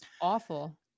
Awful